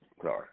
Sorry